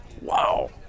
wow